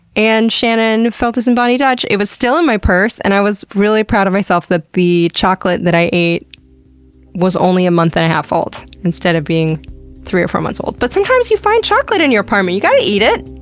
and shannon feltus, and boni dutch! it was still in my purse, and i was really proud of myself that the chocolate i ate was only a month and a half old, instead of being three or four months old. but sometimes you find chocolate in your apartment! you've got to eat it!